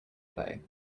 play